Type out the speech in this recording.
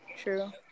true